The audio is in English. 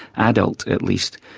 adult at least,